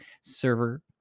server